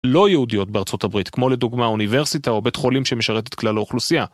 לא יהודיות בארצות הברית, כמו לדוגמה אוניברסיטה או בית חולים שמשרת את כלל האוכלוסייה